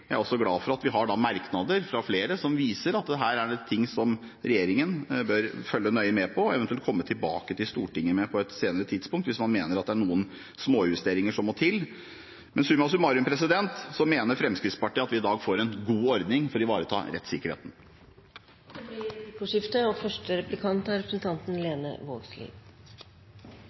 Jeg er også glad for at vi har merknader fra flere som viser at det er ting her regjeringen bør følge nøye med på og eventuelt komme tilbake til Stortinget med på et senere tidspunkt, hvis man mener at det er noen småjusteringer som må til. Men summa summarum mener Fremskrittspartiet at vi i dag får en god ordning for å ivareta rettssikkerheten. Det blir replikkordskifte.